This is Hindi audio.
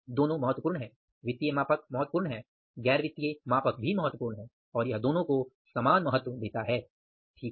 दोनों महत्वपूर्ण हैं वित्तीय मापक महत्वपूर्ण हैं गैर वित्तीय मापक भी महत्वपूर्ण हैं और यह दोनों को समान महत्व देता है ठीक है